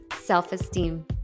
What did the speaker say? self-esteem